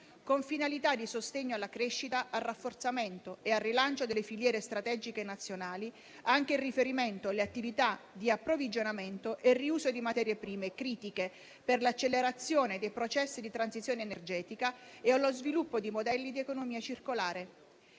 con finalità di sostegno alla crescita, al rafforzamento e al rilancio delle filiere strategiche nazionali, anche in riferimento alle attività di approvvigionamento e riuso di materie prime critiche per l'accelerazione dei processi di transizione energetica, e allo sviluppo di modelli di economia circolare.